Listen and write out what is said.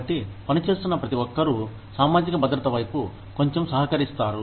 కాబట్టి పనిచేస్తున్న ప్రతి ఒక్కరూ సామాజిక భద్రత వైపు కొంచెం సహకరిస్తారు